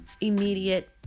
immediate